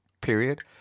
period